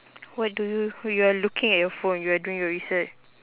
what do you you are looking at your phone you are doing your resear~